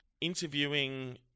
interviewing